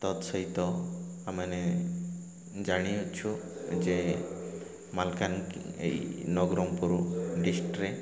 ତତ୍ ସହିତ ଆମମାନେ ଜାଣିଅଛୁ ଯେ ମାଲକାନ ଏଇ ନଗରଙ୍ଗପୁର ଡିଷ୍ଟ୍ରିକ୍ଟରେ